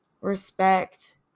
respect